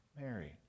Mary